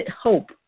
hope